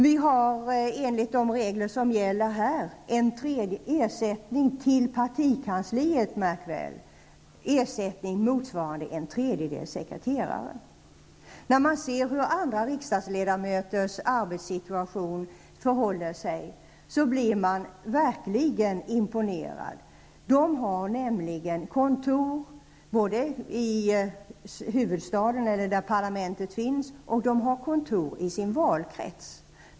Vi har enligt de regler som gäller i riksdagen ersättning -- till partikansliet, märk väl -- När man ser hur andra parlamentarikers arbetssituation är, blir man verkligen imponerad. De har nämligen kontor både i huvudstaden eller där parlamentet finns och också kontor i sin valkrets.